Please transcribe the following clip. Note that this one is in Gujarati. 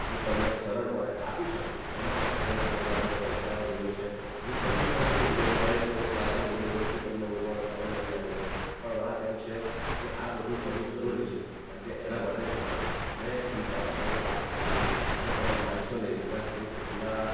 હું તમને સરળપણે આપી શકું એના માટે થઈને મારે ઘણા બધા ઉપચારો જોઈએ છે હું સમજી શકું છું દિનેશભાઇ કે હું ક્યારનો બોલી રહ્યો છું તમને બોલવાનો સમય નથી આપી રહ્યો પણ વાત એમ છે કે આ બધું કરવું જરૂરી છે કારણકે એના માટે થઈને મેં વિકાસભાઈને વાત કરી હતી અને તમે માનશો નહીં વિકાસભાઈ એટલા